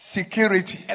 Security